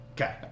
Okay